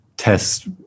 test